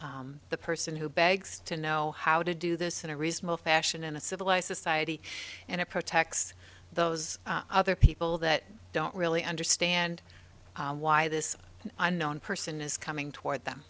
helps the person who begs to know how to do this in a reasonable fashion in a civilized society and it protects those other people that don't really understand why this unknown person is coming toward them